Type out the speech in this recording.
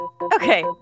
Okay